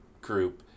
group